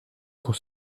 pour